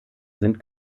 sind